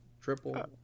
triple